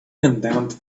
condemned